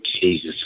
Jesus